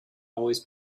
always